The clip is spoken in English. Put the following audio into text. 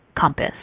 compass